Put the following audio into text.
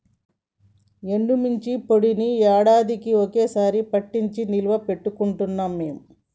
ఎండుమిర్చి పొడిని యాడాదికీ ఒక్క సారె పట్టించి నిల్వ పెట్టుకుంటాం మేము